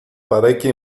parecchie